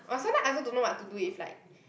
!wah! sometimes I also don't know what to do if like